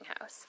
house